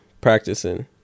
practicing